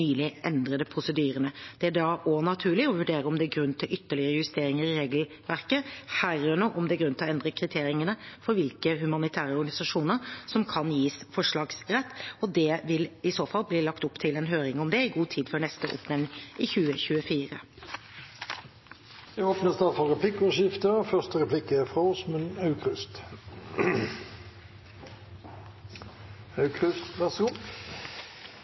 endrede prosedyrene. Det er da også naturlig å vurdere om det er grunn til ytterligere justeringer i regelverket, herunder om det er grunn til å endre kriteriene for hvilke humanitære organisasjoner som kan gis forslagsrett. Og det vil i så fall bli lagt opp til en høring om det i god tid før neste oppnevning i 2024. Det blir replikkordskifte. Etter innlegget til Per-Willy Amundsen er